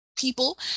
people